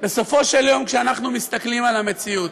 בסופו של יום, כשאנחנו מסתכלים על המציאות,